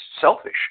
selfish